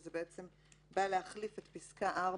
זה בעצם בא להחליף את פסקה (4)